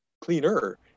cleaner